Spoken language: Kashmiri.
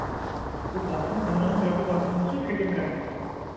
اکھ گوٚو باتھروٗم بَناوُن بیاکھ گٔیے باتھروٗمَس ستۭۍ فِٹنٛگ کَرٕنۍ حظ